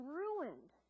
ruined